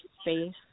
space